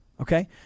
Okay